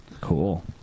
Cool